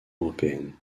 européenne